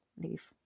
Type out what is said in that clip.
leave